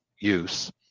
use